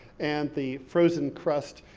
and the frozen crust.